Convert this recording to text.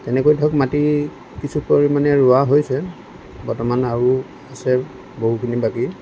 তেনেকৈ ধৰক মাটি কিছু পৰিমাণে ৰোৱা হৈছে বৰ্তমান আৰু আছে বহুখিনি বাকী